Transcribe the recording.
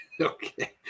Okay